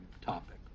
topic